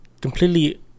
completely